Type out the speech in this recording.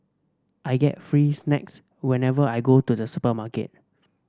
I get free snacks whenever I go to the supermarket